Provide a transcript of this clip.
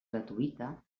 gratuïta